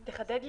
מדבר.